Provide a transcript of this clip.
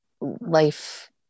life